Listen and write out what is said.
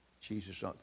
Jesus